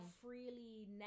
freely